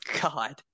God